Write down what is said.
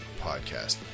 podcast